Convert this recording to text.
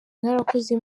mwarakoze